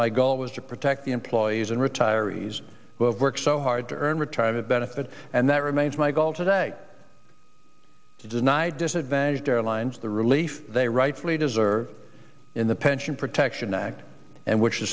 my goal was to protect the employees and retirees who have worked so hard to earn retirement benefit and that remains my goal today to deny disadvantaged airlines the relief they rightfully deserve in the pension protection act and which the